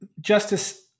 Justice